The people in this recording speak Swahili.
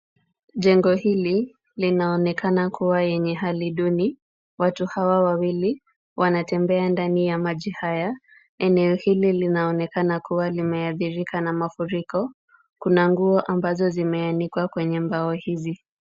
Jengo hili linaonekana kuwa yenye hali duni. Watu hawa wawili wanatembea ndani ya maji haya. Eneo hili linaonekana kuwa limeathirika na mafuriko. Kuna nguo ambazo zimeanikwa kwenye mbao hizi.